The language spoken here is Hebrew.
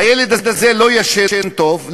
הילד הזה לא ישן טוב,